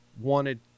wanted